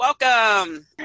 welcome